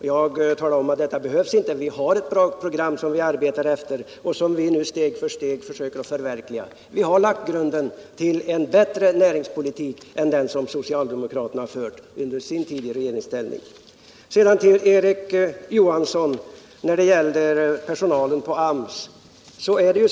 Jag talade då om att detta inte behövs, utan att vi har ett bra program som vi arbetar efter och nu steg för steg försöker förverkliga. Vi har lagt grunden till en bättre näringspolitik än den som socialdemokraterna fört under sin tid i regeringsställning. Sedan några ord till Erik Johansson i Simrishamn när det gäller personalen på AMS.